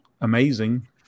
amazing